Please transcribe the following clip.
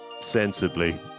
...sensibly